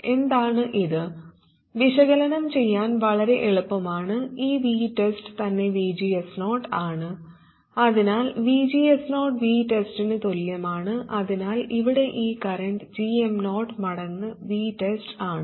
എന്താണ് ഇത് വിശകലനം ചെയ്യാൻ വളരെ എളുപ്പമാണ് ഈ VTEST തന്നെ VGS0 ആണ് അതിനാൽ VGS0 VTEST ന് തുല്യമാണ് അതിനാൽ ഇവിടെ ഈ കറന്റ് gm0 മടങ്ങ് VTEST ആണ്